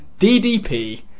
DDP